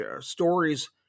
stories